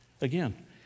Again